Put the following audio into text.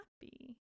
happy